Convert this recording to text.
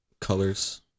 colors